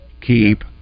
keep